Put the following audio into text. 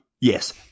Yes